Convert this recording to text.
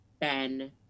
Ben